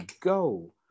go